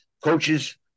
coaches